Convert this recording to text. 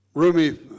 Rumi